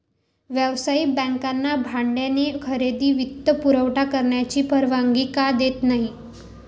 व्यावसायिक बँकांना भाड्याने खरेदी वित्तपुरवठा करण्याची परवानगी का देत नाही